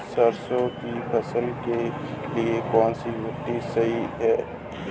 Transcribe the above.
सरसों की फसल के लिए कौनसी मिट्टी सही हैं?